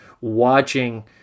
watching